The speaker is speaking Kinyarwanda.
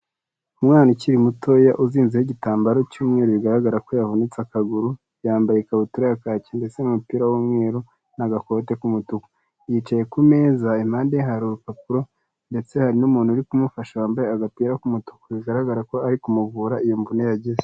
Umwana ukiri mutoya uzinzeho igitambaro cy'umweru bigaragara ko yavunitse akaguru, yambaye ikabutura ya kaki ndetse n'umupira w'umweru n'agakote k'umutuku, yicaye ku meza impnde ye hari urupapuro ndetse hari n'umuntu uri kumufasha wambaye agapira k'umutuku bigaragara ko ari kumuvura iyo mvune yagize.